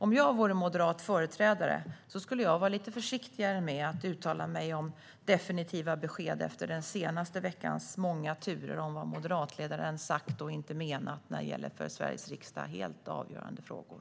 Om jag vore moderat företrädare skulle jag vara lite försiktigare med att uttala mig om definitiva besked efter den senaste veckans många turer om vad moderatledaren har sagt och inte menat när det gäller för Sveriges riksdag helt avgörande frågor.